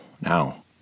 now